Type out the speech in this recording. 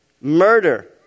Murder